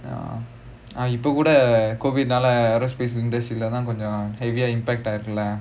ya இப்போ கூட:ippo kuda COVID நாலா:naalaa aerospace industry லதான் கொஞ்சம்:lathaan konjam heavy ah impact ஆயே இருக்குல்ல:aayae irukkula lah